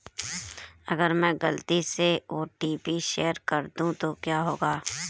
अगर मैं गलती से ओ.टी.पी शेयर कर दूं तो क्या होगा?